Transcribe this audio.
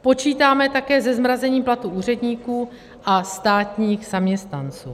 Počítáme také se zmrazením platů úředníků a státních zaměstnanců.